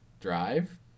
drive